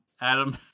Adam